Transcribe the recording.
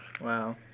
Wow